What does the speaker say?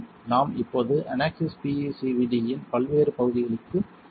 நாம் இப்போது அனாக்சிஸ் பிஈசிவிடி இன் பல்வேறு பகுதிகளுக்கு செல்லலாம்